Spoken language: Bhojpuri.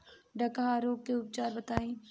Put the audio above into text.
डकहा रोग के उपचार बताई?